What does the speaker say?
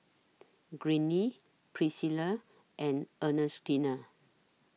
Greene Priscilla and Ernestina